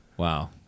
Wow